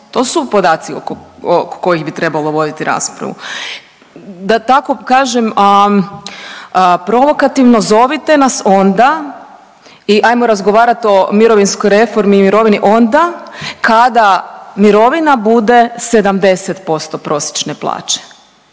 To su podaci oko kojih bi trebalo voditi raspravu. Da tako kažem provokativno zovite nas onda i ajmo razgovarat o mirovinskoj reformi i mirovini onda kada mirovina bude 70% prosječne plaće,